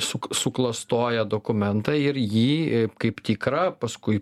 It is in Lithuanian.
suk suklastoja dokumentą ir jį kaip tikrą paskui